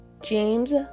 James